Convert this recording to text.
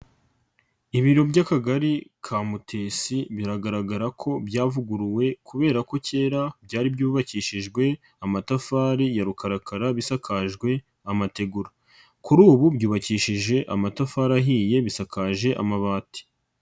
Ibiro by'Akagari ka Mutesi biragaragara ko byavuguruwe kubera ko kera byari byubakishijwe amatafari ya rukarakara bisakajwe amategura. Kuri ubu byubakishije amatafari ahiye, bisakaje amabati.